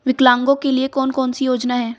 विकलांगों के लिए कौन कौनसी योजना है?